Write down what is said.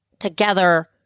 Together